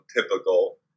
typical